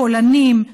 פולנים,